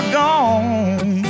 gone